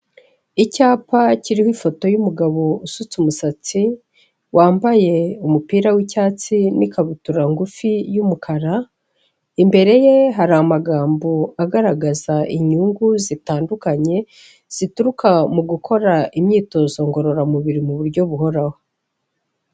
Icyapa kiriho ifoto y'umugabo usutse umusatsi, wambaye umupira w'icyatsi n'ikabutura ngufi y'umukara, imbere ye hari amagambo agaragaza inyungu zitandukanye zituruka mu gukora imyitozo ngororamubiri mu buryo buhoraho.